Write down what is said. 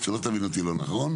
שלא תבין אותי לא נכון.